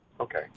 Okay